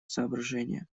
соображения